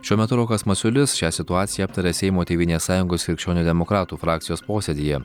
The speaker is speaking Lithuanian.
šiuo metu rokas masiulis šią situaciją aptarė seimo tėvynės sąjungos krikščionių demokratų frakcijos posėdyje